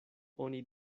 oni